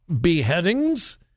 beheadings